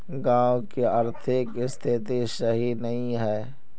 गाँव की आर्थिक स्थिति सही नहीं है?